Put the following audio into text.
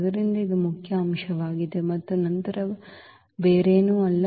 ಆದ್ದರಿಂದ ಇದು ಮುಖ್ಯ ಅಂಶವಾಗಿದೆ ಮತ್ತು ನಂತರ ಬೇರೇನೂ ಅಲ್ಲ